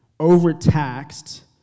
overtaxed